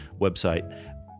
website